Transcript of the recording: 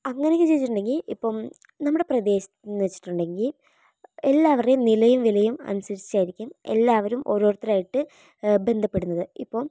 അങ്ങനെയൊക്കെ ചോദിച്ചിട്ടുണ്ടെങ്കിൽ ഇപ്പം നമ്മുടെ പ്രദേശത്തുനിന്ന് വച്ചിട്ടുണ്ടെങ്കിൽ എല്ലാവരുടെ നിലയും വിലയും അനുസരിച്ചായിരിക്കും എല്ലാവരും ഒരോരുത്തരുമായിട്ട് ബന്ധപ്പെടുന്നത് ഇപ്പം